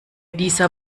dieser